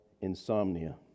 insomnia